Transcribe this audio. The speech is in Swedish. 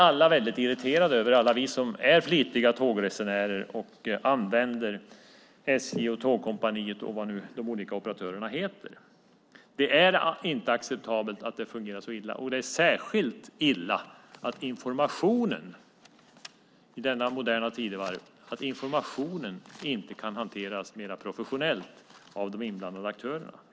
Det är vi som är flitiga tågresenärer och använder SJ, Tågkompaniet och vad nu de olika operatörerna heter alla väldigt irriterade över. Det är inte acceptabelt att det fungerar så illa, och det är särskilt illa att informationen i detta moderna tidevarv inte kan hanteras mer professionellt av de inblandade aktörerna.